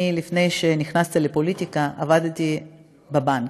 אני, לפני שנכנסתי לפוליטיקה, עבדתי בבנק.